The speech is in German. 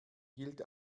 gilt